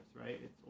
right